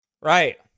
Right